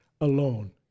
alone